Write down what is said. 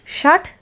Shut